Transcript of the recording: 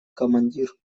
командир